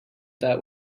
that